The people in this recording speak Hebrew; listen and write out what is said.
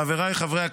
חבריי חברי הכנסת,